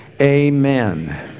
amen